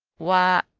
why,